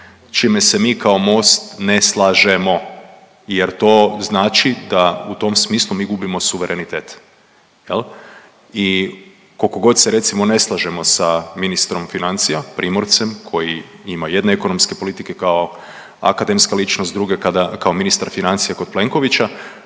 čime se mi kao Most ne slažemo jer to znači da u tom smislu mi gubimo suverenitet, je li? I koliko god se, recimo, ne slažemo sa ministrom financija Primorcem, koji ima jedne ekonomske politike kao akademska ličnost, druga kao ministar financija kod Plenkovića,